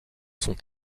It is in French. sont